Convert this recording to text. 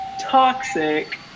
toxic